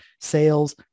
sales